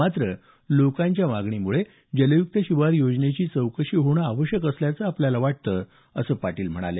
मात्र लोकांच्या मागणीमुळे जलयुक्त शिवार योजनेची चौकशी होणं आवश्यक असल्याचं आपल्याला वाटतं असं पाटील म्हणाले